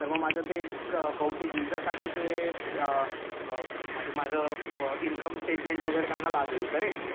तर माजं ते बहुतेक विझासाठी ते माझे माझं इन्कम स्टेटमेंट वगैरे त्यांना लागेल करेक्ट